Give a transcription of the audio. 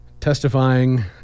testifying